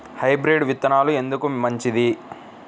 Hybrid విత్తనాలు ఎందుకు మంచిది?